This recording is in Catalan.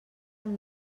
amb